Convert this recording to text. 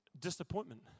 disappointment